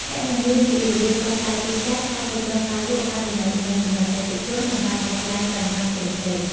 អ្នកនឹងរៀនពីរបៀបផ្សព្វផ្សាយទីផ្សារ ការគ្រប់គ្រងការលក់ ការទំនាក់ទំនងជាមួយអតិថិជន និងការដោះស្រាយបញ្ហាផ្សេងៗ។